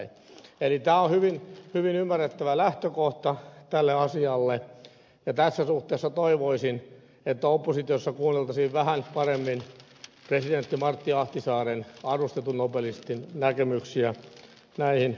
eli tämä on hyvin ymmärrettävä lähtökohta tälle asialle ja tässä suhteessa toivoisin että oppositiossa kuunneltaisiin vähän paremmin presidentti martti ahtisaaren arvostetun nobelistin näkemyksiä näistä kysymyksistä